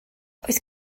oes